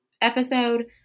episode